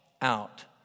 out